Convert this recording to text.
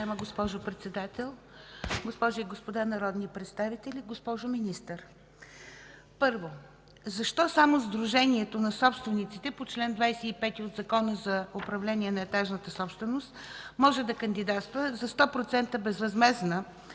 защо само Сдружението на собствениците по чл. 25 от Закона за управление на етажната собственост може да кандидатства за 100% безвъзмездна